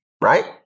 right